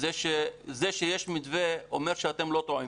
שזה שיש מתווה אומר שאתם לא טועים.